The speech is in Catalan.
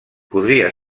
podria